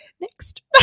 Next